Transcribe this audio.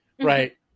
Right